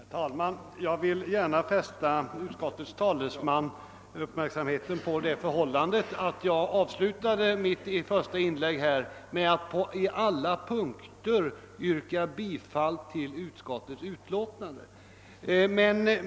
Herr talman! Jag vill gärna fästa utskottets talesmans uppmärksamhet på det förhållandet att jag avslutade mitt första inlägg med att på alla punkter yrka bifall till utskottets förslag.